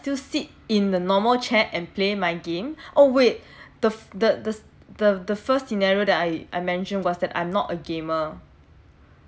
still sit in the normal chat and play my game oh wait the the the the the first scenario that I I mentioned was that I'm not a gamer